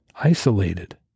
isolated